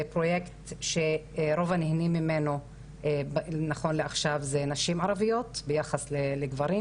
פרוייקט שרוב הנהנים ממנו באים נכון לעכשיו נשים ערביות ביחס לגברים,